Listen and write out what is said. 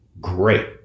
Great